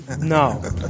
No